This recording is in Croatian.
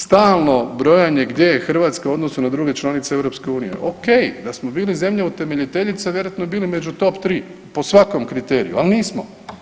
Stalno brojanje gdje je Hrvatska u odnosu na druge članice EU, ok, da smo bili zemlja utemeljiteljica vjerojatno bi bili među top 3 po svakom kriteriju, ali nismo.